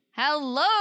Hello